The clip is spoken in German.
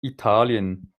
italien